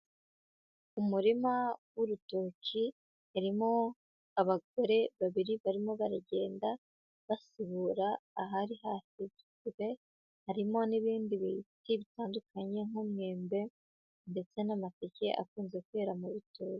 Umurima w'urutoki harimo abagore babiri barimo barigenda batsibura ahari hasibwe, harimo n'ibindi biti bitandukanye nk'umwembe ndetse n'amateke akunze kwera mu rutoki.